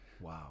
Wow